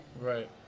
Right